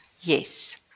Yes